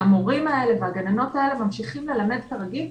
והמורים האלה והגננות האלה ממשיכים ללמד כרגיל,